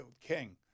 King